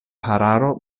hararo